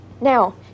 Now